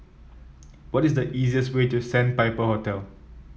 what is the easiest way to Sandpiper Hotel